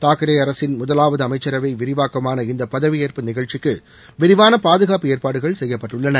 தாக்ரே அரசின் முதலாவது அமைச்சரவை விரிவாக்கமான இந்த பதவியேற்பு நிகழ்ச்சிக்கு விரிவான பாதுகாப்பு ஏற்பாடுகள் செய்யப்பட்டுள்ளன